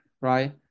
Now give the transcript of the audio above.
right